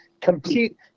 compete